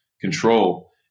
control